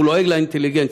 הוא לועג לאינטליגנציה.